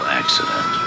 accident